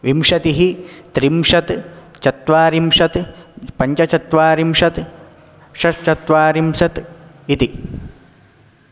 विंशतिः त्रिंशत् चत्वारिंशत् पञ्चचत्वारिंशत् षड्चत्वारिंशत् इति